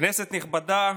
כנסת נכבדה,